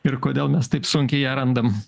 ir kodėl mes taip sunkiai ją randam